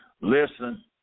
Listen